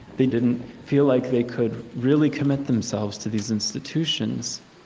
they didn't feel like they could really commit themselves to these institutions,